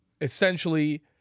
Essentially